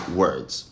words